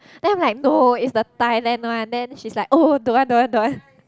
then I'm like no it's the Thailand one then she's like oh don't want don't want don't want